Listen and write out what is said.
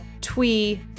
Twee